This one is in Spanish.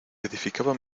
edificaba